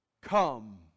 come